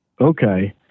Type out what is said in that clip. okay